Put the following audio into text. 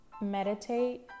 Meditate